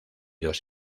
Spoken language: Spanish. dos